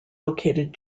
located